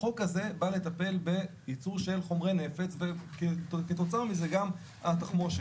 החוק הזה בא לטפל בייצור של חומרי נפץ וכתוצאה מזה גם התחמושת.